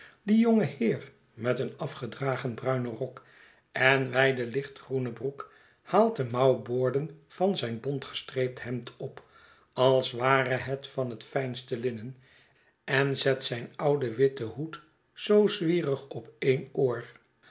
die jonge heer met een afgedragen bruinen rok en wijde lichtgroene broek haalt de mouwboorden van zijnbontgestreept hemd op als ware het van het fijnste linnen en zet zijn ouden witten hoed zoo zwierig op een oor